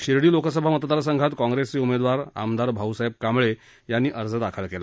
शिर्डी लोकसभा मतदारसंघात काँग्रेसचे उमेदवार आमदार भाऊसाहेब कांबळे यांनी अर्ज दाखल केला